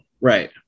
Right